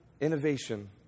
innovation